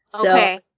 Okay